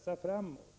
se framåt.